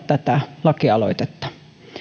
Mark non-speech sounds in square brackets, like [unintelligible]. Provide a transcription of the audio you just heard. [unintelligible] tätä lakialoitetta